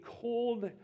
cold